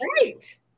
right